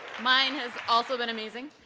mine has also been amazing.